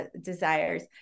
desires